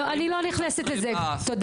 אני לא נכנסת את זה תודה.